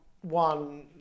one